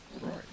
Right